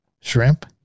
shrimp